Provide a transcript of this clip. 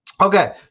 Okay